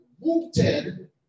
rooted